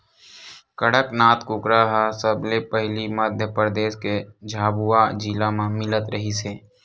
कड़कनाथ कुकरा ह सबले पहिली मध्य परदेस के झाबुआ जिला म मिलत रिहिस हे